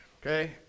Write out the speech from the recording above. Okay